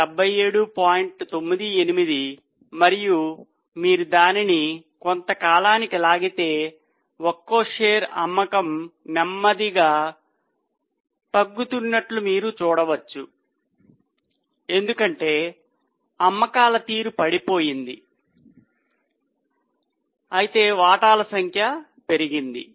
98 మరియు మీరు దానిని కొంత కాలానికి లాగితే ఒక్కో షేరు అమ్మకం నెమ్మదిగా తగ్గుతున్నట్లు మీరు చూడవచ్చు ఎందుకంటే అమ్మకాల పనితీరు పడిపోయింది అయితే వాటాల సంఖ్య పెరిగింది